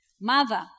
mother